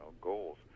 goals